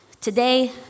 Today